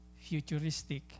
futuristic